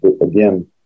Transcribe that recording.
Again